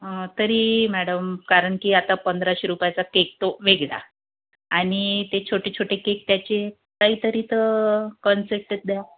तरी मॅडम कारण की आता पंधराशे रुपयाचा केक तो वेगळा आणि ते छोटे छोटे केक त्याचे काही तरी तर कन्सेपट्ट द्या